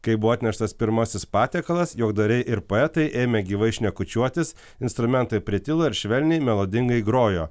kai buvo atneštas pirmasis patiekalas juokdariai ir poetai ėmė gyvai šnekučiuotis instrumentai pritilo ir švelniai melodingai grojo